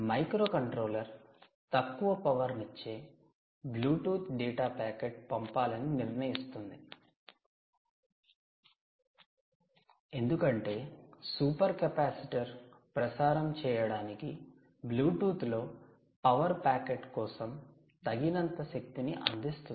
microcontroller తక్కువ పవర్నిచ్చే 'Bluetooth data packet' పంపాలని నిర్ణయిస్తుంది ఎందుకంటే 'సూపర్ కెపాసిటర్' ప్రసారం చేయడానికి 'బ్లూటూత్ లో పవర్ ప్యాకెట్ ' కోసం తగినంత శక్తిని అందిస్తుంది